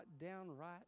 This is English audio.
downright